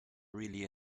really